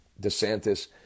DeSantis